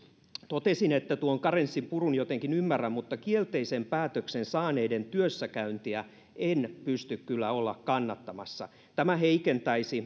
totesin että tuon karenssin purun jotenkin ymmärrän mutta kielteisen päätöksen saaneiden työssäkäyntiä en pysty kyllä olemaan kannattamassa tämä heikentäisi